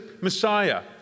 Messiah